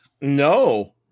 No